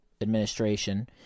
administration